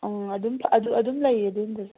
ꯎꯝ ꯑꯗꯨꯝ ꯂꯩꯌꯦ